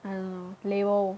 I don't know label